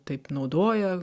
taip naudoja